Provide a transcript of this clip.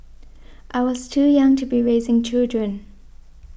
I was too young to be raising children